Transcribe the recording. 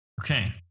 Okay